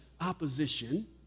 opposition